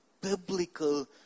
biblical